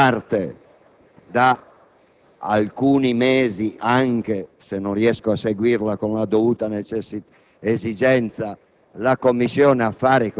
non sono un esperto di diritto costituzionale,